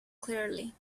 clearly